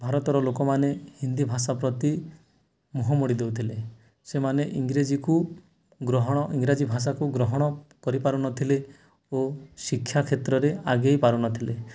ଭାରତର ଲୋକମାନେ ହିନ୍ଦୀ ଭାଷା ପ୍ରତି ମୁହଁ ମୋଡ଼ି ଦଉଥିଲେ ସେମାନେ ଇଂରେଜୀକୁ ଗ୍ରହଣ ଇଂରାଜୀ ଭାଷାକୁ ଗ୍ରହଣ କରିପାରୁନଥିଲେ ଓ ଶିକ୍ଷା କ୍ଷେତ୍ରରେ ଆଗେଇ ପାରୁନଥିଲେ